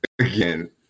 again